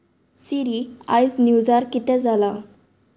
सिरी आयज न्युजार कितें जालां